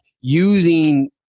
using